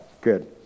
good